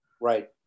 right